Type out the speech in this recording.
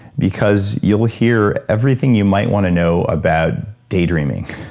because you'll hear everything you might wanna know about daydreaming,